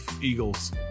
Eagles